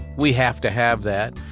we have to have that.